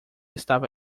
estava